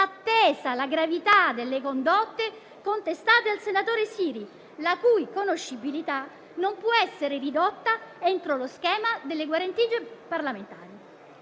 attesa la gravità delle condotte contestate al senatore Siri, la cui conoscibilità non può essere ridotta entro lo schema delle guarentigie parlamentari.